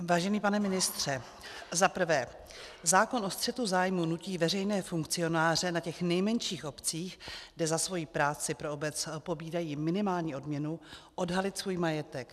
Vážený pane ministře, za prvé, zákon o střetu zájmů nutí veřejné funkcionáře na těch nejmenších obcích, kde za svoji práci pro obec pobírají minimální odměnu, odhalit svůj majetek.